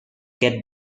get